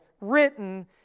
written